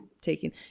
Taking